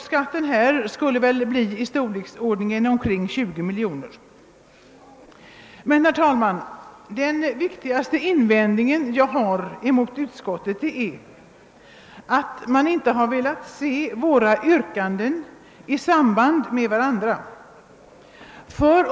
Skatten kommer att bli av storleksordningen omkring 20 miljoner. Men, herr talman, den viktigaste invändningen jag har att göra mot utskottet är, att man inte har velat se våra yrkanden i samband med varandra.